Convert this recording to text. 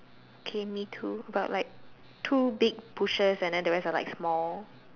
okay me too but like two big bushes and then the rest are like small